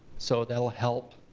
so that'll help.